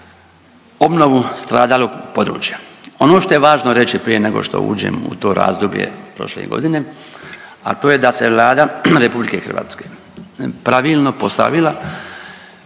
obnovu stradalog područja. Ono što je važno reći prije nego što uđem u to razdoblje prošle godine, a to je da se Vlada RH pravilno postavila